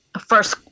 first